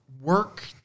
work